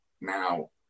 now